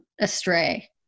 astray